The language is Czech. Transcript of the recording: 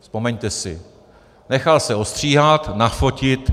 Vzpomeňte si, nechal se ostříhat, nafotit.